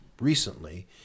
recently